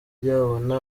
yabona